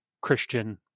Christian